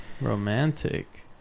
Romantic